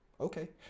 okay